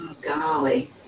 golly